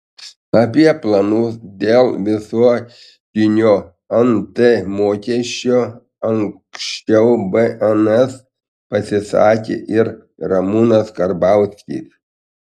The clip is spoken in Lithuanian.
apie planus dėl visuotinio nt mokesčio anksčiau bns pasisakė ir ramūnas karbauskis